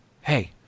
hey